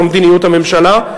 זו מדיניות הממשלה.